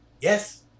yes